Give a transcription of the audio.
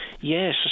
Yes